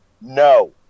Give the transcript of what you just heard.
No